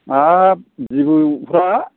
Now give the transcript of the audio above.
हाब जिबौफ्रा